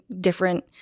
different